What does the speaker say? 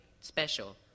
special